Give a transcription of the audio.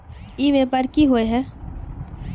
ई व्यापार की होय है?